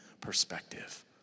perspective